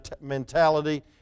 mentality